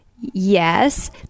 Yes